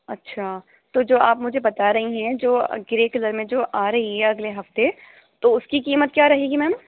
اچھا تو جو آپ مجھے بتا رہی ہیں جو گرے کلر میں جو آ رہی ہے اگلے ہفتے تو اس کی قیمت کیا رہے گی میم